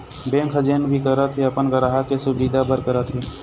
bank ह जेन भी करत हे अपन गराहक के सुबिधा बर करत हे